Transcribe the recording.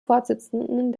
vorsitzenden